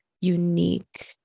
unique